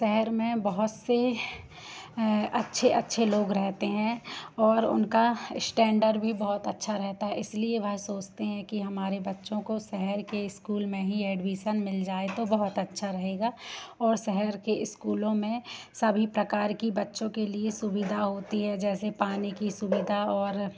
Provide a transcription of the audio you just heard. शहर में बहुत से अच्छे अच्छे लोग रहते हैं और उनका इस्टैन्डर भी बहुत अच्छा रहता है इसलिए वह सोचते हैं कि हमारे बच्चों को शहर के इस्कूल में ही एडवीसन मिल जाए तो बहुत अच्छा रहेगा और शहर के स्कूलों में सभी प्रकार की बच्चों के लिए सुविधा होती है जैसे पानी की सुविधा और